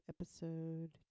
episode